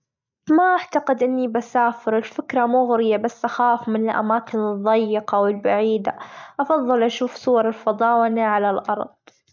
ما أحتقد أني بسافر الفكرة مغرية بس أخاف من الأماكن الظيقة، والبعيدة أفظل أشوف صور الفضاونة على الأرض.